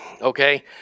Okay